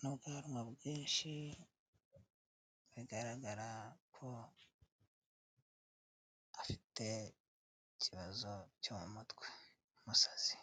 n'ubwanwa bwinshi, bigaragara ko afite ikibazo cyo mu mutwe, ni umusazi.